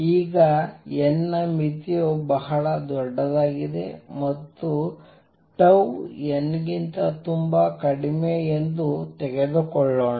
ಈಗ n ನ ಮಿತಿಯು ಬಹಳ ದೊಡ್ಡದಾಗಿದೆ ಮತ್ತು n ಗಿಂತ ತುಂಬಾ ಕಡಿಮೆ ಎಂದು ತೆಗೆದುಕೊಳ್ಳೋಣ